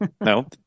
No